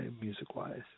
music-wise